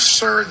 sir